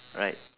right